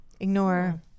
ignore